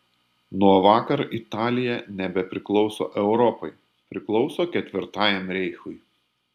nuo vakar italija nebepriklauso europai priklauso ketvirtajam reichui